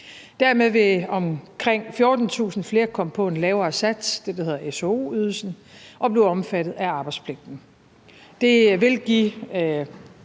Dermed vil omkring 14.000 flere komme på en lavere sats – det er det, der hedder SHO-ydelsen – og blive omfattet af arbejdspligten. Det vil give,